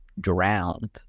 drowned